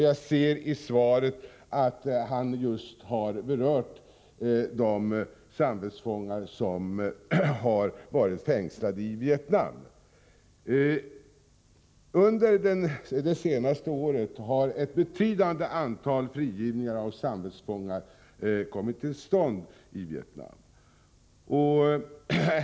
Jag ser i svaret att han berört de samvetsfångar som varit fängslade i Vietnam. Under det senaste året har ett betydande antal frigivningar av samvetsfångar i Vietnam kommit till stånd.